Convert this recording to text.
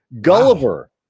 Gulliver